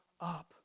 up